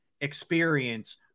experience